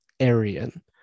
Aryan